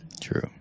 True